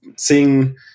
Seeing